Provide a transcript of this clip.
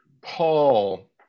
Paul